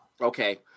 Okay